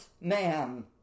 man